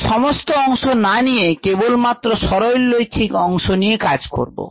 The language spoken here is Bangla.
আমরা সমস্ত অংশ না নিয়ে কেবলমাত্র সরলরৈখিক অংশ নিয়ে কাজ করব